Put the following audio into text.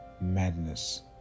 madness